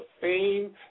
fame